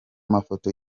mafoto